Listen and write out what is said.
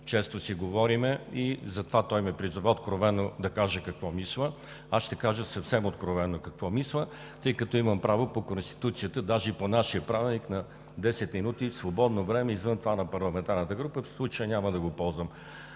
често си говорим, и затова той ме призова откровено да кажа какво мисля. Аз ще кажа съвсем откровено какво мисля, тъй като имам право по Конституцията, даже и по нашия Правилник, на десет минути свободно време извън това на парламентарната група – в случая няма да го ползвам.